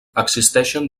existeixen